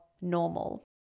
normal